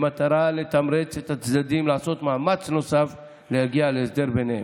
במטרה לתמרץ את הצדדים לעשות מאמץ נוסף להגיע להסדר ביניהם.